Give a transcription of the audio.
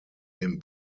dem